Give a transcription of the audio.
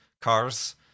cars